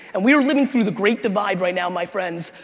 and we are living through the great divide right now, my friends,